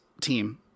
team